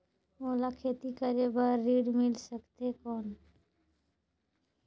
मोला खेती करे बार ऋण मिल सकथे कौन?